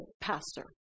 pastor